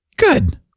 Good